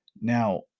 Now